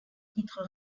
titre